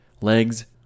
Legs